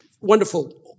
wonderful